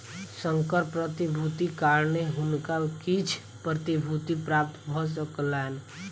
संकर प्रतिभूतिक कारणेँ हुनका किछ प्रतिभूति प्राप्त भ सकलैन